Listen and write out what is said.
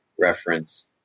reference